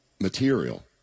material